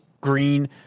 green